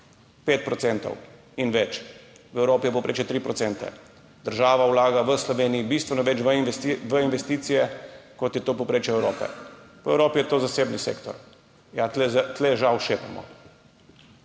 5 % in več. V Evropi je povprečje 3 %. Država vlaga v Sloveniji bistveno več v investicije, kot je povprečje Evrope. Po Evropi je to zasebni sektor. Ja, tu žal šepamo.